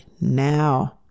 now